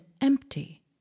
empty